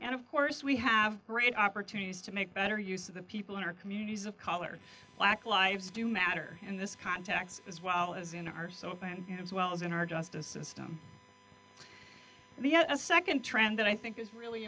and of course we have great opportunities to make better use of the people in our communities of color black lives do matter in this context as well as in our soap and as well as in our justice system the second trend that i think is really